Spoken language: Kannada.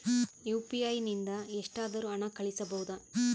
ಯು.ಪಿ.ಐ ನಿಂದ ಎಷ್ಟಾದರೂ ಹಣ ಕಳಿಸಬಹುದಾ?